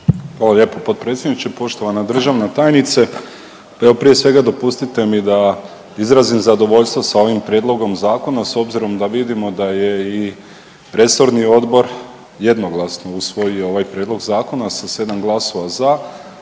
Hvala lijepo potpredsjedniče. Poštovana državna tajnice, pa evo prije svega dopustite mi da izrazim zadovoljstvo sa ovim prijedlogom zakona s obzirom da vidimo da je i resorni odbor jednoglasno usvojio ovaj prijedlog zakona sa 7 glasova za.